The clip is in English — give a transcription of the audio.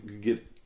get